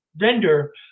render